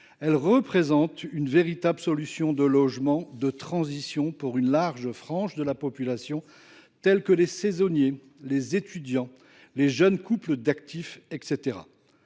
Elles représentent une véritable solution de logement de transition pour une large frange de la population, notamment les saisonniers, les étudiants et les jeunes couples d’actifs.